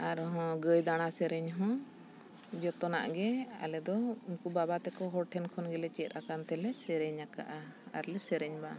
ᱟᱨᱦᱚᱸ ᱜᱟᱹᱭ ᱫᱟᱬᱟ ᱥᱮᱨᱮᱧ ᱦᱚᱸ ᱡᱚᱛᱚᱱᱟᱜ ᱜᱮ ᱟᱞᱮ ᱫᱚ ᱩᱱᱠᱩ ᱵᱟᱵᱟ ᱛᱮᱠᱚ ᱦᱚᱲ ᱴᱷᱮᱱᱠᱷᱚᱱ ᱜᱮᱞᱮ ᱪᱮᱫ ᱟᱠᱟᱱ ᱛᱮᱞᱮ ᱥᱮᱨᱮᱧ ᱟᱠᱟᱫᱟ ᱟᱨᱞᱮ ᱥᱮᱨᱮᱧ ᱢᱟ